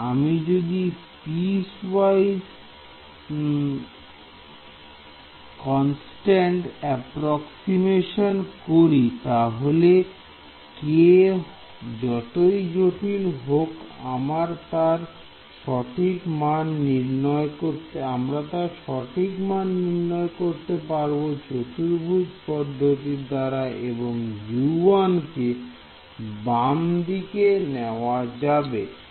তাই আমি যদি পিস হোয়াই কনস্ট্যান্ট অ্যাপ্রক্সিমেশন করি তাহলে k যতই জটিল হোক আমরা তার সঠিক মান নির্ণয় করতে পারব চতুর্ভুজ পদ্ধতির দ্বারা এবং U1 কে বামদিকে নেওয়া যাবে